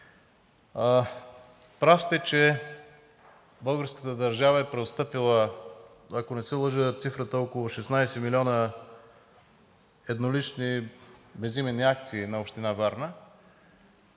Прав сте, че българската държава е преотстъпила, ако не се лъжа, цифрата е около 16 милиона безименни акции на Община Варна